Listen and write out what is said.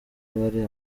bari